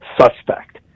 suspect